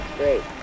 great